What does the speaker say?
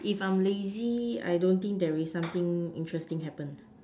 if I'm lazy I don't think there is some interesting happen